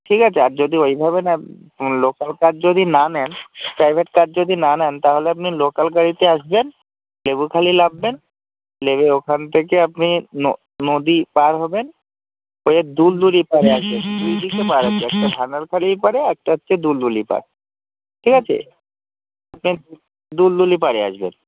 ঠিক আছে আর যদি ওইভাবে না লোকাল কার যদি না নেন প্রাইভেট কার যদি না নেন তাহলে আপনি লোকাল গাড়িতে আসবেন লেবুখালী নামবেন নেবে ওখান থেকে আপনি নো নদী পার হবেন হয়ে দুলদুলি পাড়ে আসবেন দুই দুইটা পাড় আছে একটা ভার্নাল ফাঁড়ি এপারে আর একটা হচ্ছে দুলদুলি পাড় ঠিক আছে আপনি দুলদুলি পাড়ে আসবেন